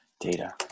data